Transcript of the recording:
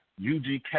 UGK